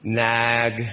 nag